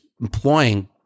employing